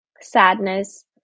sadness